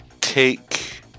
take